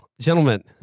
Gentlemen